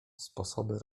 sposoby